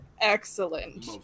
excellent